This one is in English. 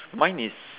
mine is